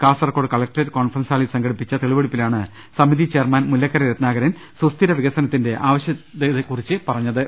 Kasaragod collectorate conference ഹാളിൽ സംഘടിപ്പിച്ച തെളിവെടുപ്പി ലാണ് സമിതി ചെയർമാൻ മൂല്ലക്കര രത്നാകരൻ സുസ്ഥിര വികസ നത്തിന്റെ ആവശൃകതയെക്കുറിച്ച് പറഞ്ഞത്